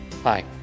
Hi